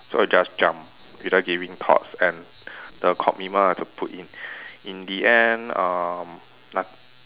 so I just jump without giving thoughts and the commitment I have to put in in the end um not~